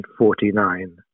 1949